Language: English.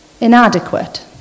inadequate